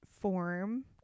form